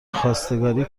خواستگاری